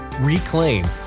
reclaim